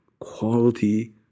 quality